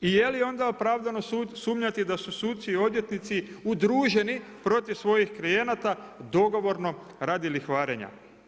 I je li onda opravdano sumnjati da su suci i odvjetnici udruženi protiv svojih klijenata dogovorno radi lihvarenja?